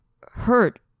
hurt